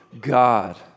God